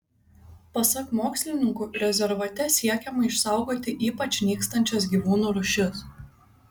pasak mokslininkų rezervate siekiama išsaugoti ypač nykstančias gyvūnų rūšis